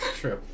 True